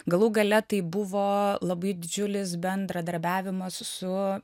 galų gale tai buvo labai didžiulis bendradarbiavimas su